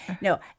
no